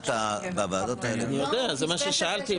זה מה ששאלתי,